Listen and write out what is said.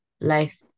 life